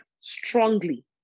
strongly